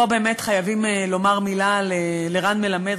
פה באמת חייבים לומר מילה לרן מלמד,